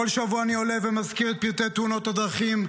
בכל שבוע אני עולה ומזכיר את פרטי תאונות הדרכים,